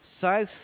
south